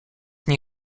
nie